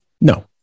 No